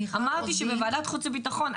אמרתי שבוועדת חוץ וביטחון,